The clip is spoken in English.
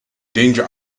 danger